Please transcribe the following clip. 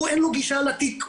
אין לו גישה לתיק.